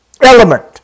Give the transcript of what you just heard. Element